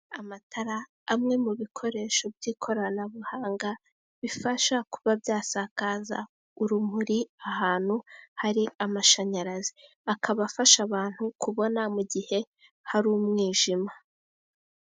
Amatara amwe mu ibikoresho by'ikorabuhanga, bifasha kuba byasakaza urumuri ahantu hari amashanyarazi, akaba afasha abantu kubona mugihe hari umwijima.